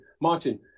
Martin